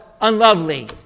unlovely